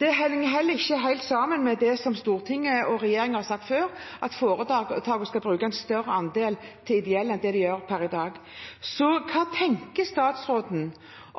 Det henger heller ikke helt sammen med det som Stortinget og regjeringen har sagt før, at foretakene skal bruke en større andel til de ideelle enn det de gjør per i dag. Hva tenker statsråden